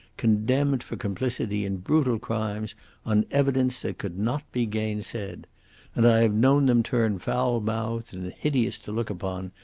condemned for complicity in brutal crimes on evidence that could not be gainsaid and i have known them turn foul-mouthed, and hideous to look upon,